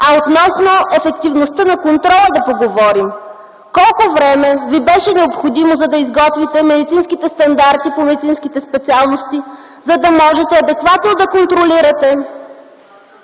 А относно ефективността на контрола, да поговорим? Колко време ви беше необходимо, за да изготвите медицинските стандарти по медицинските специалности, за да можете адекватно да контролирате